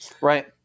Right